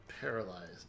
paralyzed